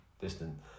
distant